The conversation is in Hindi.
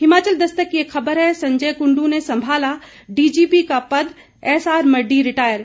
हिमाचल दस्तक की एक खबर है संजय कुंडू ने संभाला डीजीपी का पद एसआर मरड़ी रिटायर